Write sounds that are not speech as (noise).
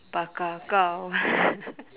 bakar kau (laughs)